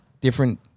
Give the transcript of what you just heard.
different